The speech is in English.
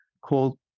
called